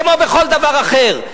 כמו בכל דבר אחר,